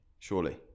Surely